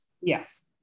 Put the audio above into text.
yes